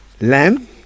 lamb